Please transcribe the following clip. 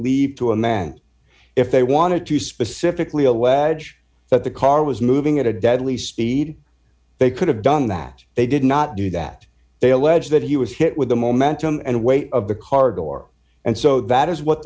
leave to a man if they wanted to specifically a wedge but the car was moving at a deadly speed they could have done that they did not do that they allege that he was hit with the momentum and weight of the car door and so that is what